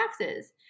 taxes